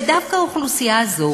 ודווקא האוכלוסייה הזאת,